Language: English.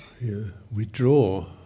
withdraw